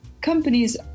companies